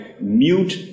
mute